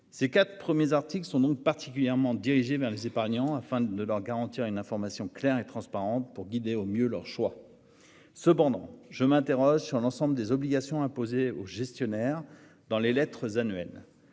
Ces quatre premiers articles sont donc particulièrement dirigée vers les épargnants afin de leur garantir une information claire et transparente pour guider au mieux leur choix. Cependant, je m'interroge sur l'ensemble des obligations imposées aux gestionnaires dans les lettres annuel.